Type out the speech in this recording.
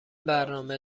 برنامه